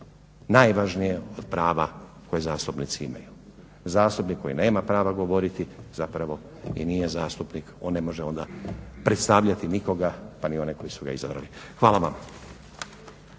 najvažnije od prava koje zastupnici imaju. Zastupnik koji nema prava govoriti zapravo i nije zastupnik, on ne može onda predstavljati nikoga pa ni one koji su ga izabrali. Hvala vam.